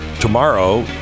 Tomorrow